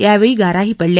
यावेळी गाराही पडल्या